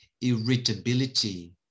irritability